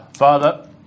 Father